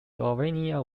slovenia